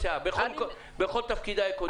בכל תפקידיי הקודמים,